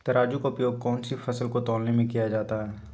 तराजू का उपयोग कौन सी फसल को तौलने में किया जाता है?